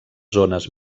zones